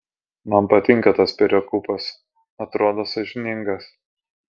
man patinka tas perekūpas atrodo sąžiningas